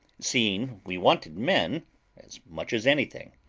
seeing we wanted men as much as anything.